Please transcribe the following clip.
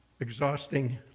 exhausting